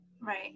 Right